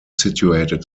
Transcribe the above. situated